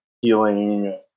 healing